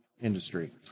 industry